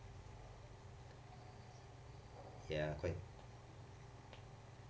ya quite